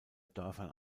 dörfern